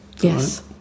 Yes